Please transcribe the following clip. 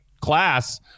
class